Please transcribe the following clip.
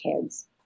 kids